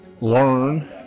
learn